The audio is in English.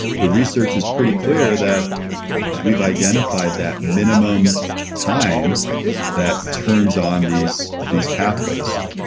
the research is pretty clear that we've identified that minimum time that turns on these these pathways,